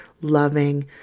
loving